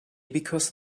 because